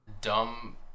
dumb